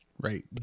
right